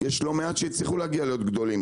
יש לא מעט ספקים שהצליחו להיות גדולים,